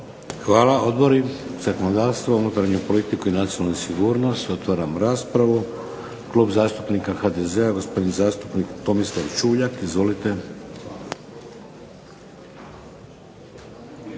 Hvala. Odbori. Zakonodavstvo? Unutarnju politiku i nacionalnu sigurnost? Otvaram raspravu. Klub zastupnika HDZ-a, gospodin zastupnik Tomislav Čuljak. Izvolite.